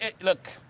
look